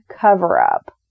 cover-up